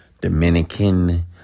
Dominican